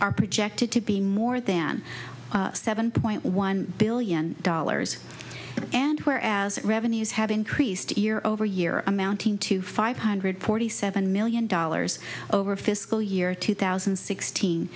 are projected to be more than seven point one billion dollars and where as revenues have increased year over year amounting to five hundred forty seven million dollars over fiscal year two thousand and sixteen